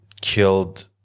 killed